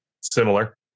Similar